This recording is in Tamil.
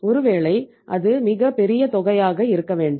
ஒருவேளை அது மிகப் பெரிய தொகையாக இருக்க வேண்டாம்